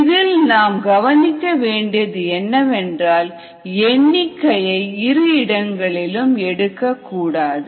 இதில் நாம் கவனிக்க வேண்டியது என்னவென்றால் எண்ணிக்கையை இரு இடங்களிலும் எடுக்கக்கூடாது